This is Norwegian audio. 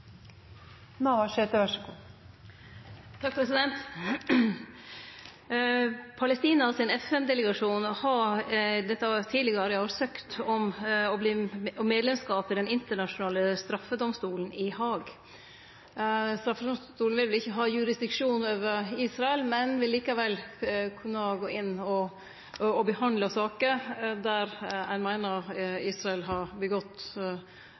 Palestina sin FN-delegasjon har tidlegare i år søkt om medlemskap i Den internasjonale straffedomstolen i Haag. Straffedomstolen vil vel ikkje ha jurisdiksjon over Israel, men vil likevel kunne gå inn og behandle saker der ein meiner Israel har